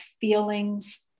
feelings